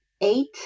eight